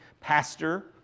pastor